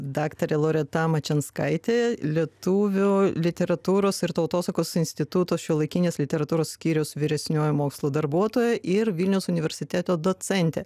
daktarė loreta mačianskaitė lietuvių literatūros ir tautosakos instituto šiuolaikinės literatūros skyriaus vyresnioji mokslo darbuotoja ir vilniaus universiteto docentė